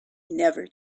never